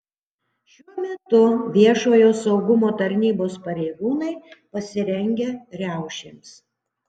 šiuo metu viešojo saugumo tarnybos pareigūnai pasirengę riaušėms